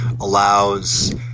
allows